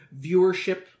viewership